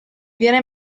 viene